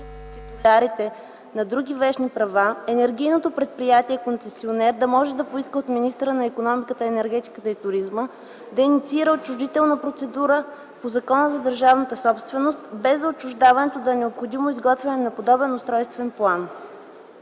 на други вещни права, енергийното предприятия концесионер да може да поиска от министъра на икономиката, енергетиката и туризма да инициира отчуждителна процедура по Закона за държавната собственост, без за отчуждаването да е необходимо изготвянето на подробен устройствен план.